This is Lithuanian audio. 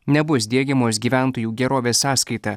nebus diegiamos gyventojų gerovės sąskaita